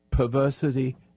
perversity